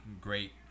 great